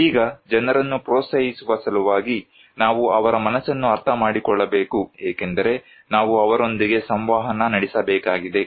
ಈಗ ಜನರನ್ನು ಪ್ರೋತ್ಸಾಹಿಸುವ ಸಲುವಾಗಿ ನಾವು ಅವರ ಮನಸ್ಸನ್ನು ಅರ್ಥಮಾಡಿಕೊಳ್ಳಬೇಕು ಏಕೆಂದರೆ ನಾವು ಅವರೊಂದಿಗೆ ಸಂವಹನ ನಡೆಸಬೇಕಾಗಿದೆ